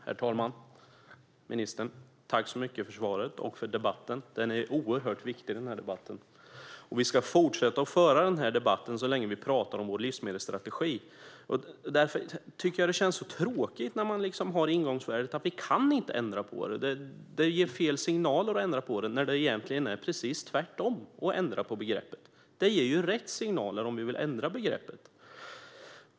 Herr talman! Ministern! Tack så mycket för svaret och för debatten! Den är oerhört viktig, och vi ska fortsätta att föra den så länge som vi pratar om vår livsmedelsstrategi. Därför tycker jag att det är tråkigt att man har ingången att man inte kan ändra på begreppet och att det ger fel signaler att ändra på det, när det egentligen är precis tvärtom. Det ger rätt signaler att ändra på begreppet.